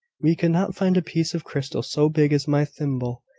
we could not find a piece of crystal so big as my thimble.